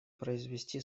произвести